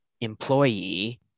employee